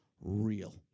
real